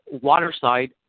waterside